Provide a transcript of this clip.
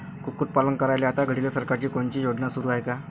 कुक्कुटपालन करायले आता घडीले सरकारची कोनची योजना सुरू हाये का?